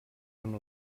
amb